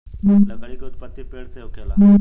लकड़ी के उत्पति पेड़ से होखेला